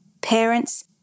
parents